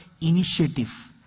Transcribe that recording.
initiative